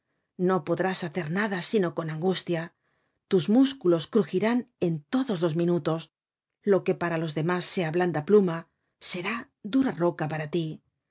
no podrás hacer nada sino con angustia tus músculos crugirán en todos los minutos lo que para los demás sea blanda pluma será dura roca para tí